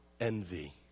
envy